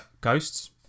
Ghosts